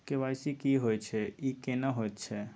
KYC की होय छै, ई केना होयत छै?